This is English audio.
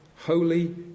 holy